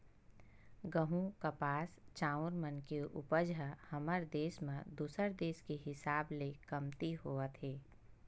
गहूँ, कपास, चाँउर मन के उपज ह हमर देस म दूसर देस के हिसाब ले कमती होवत हे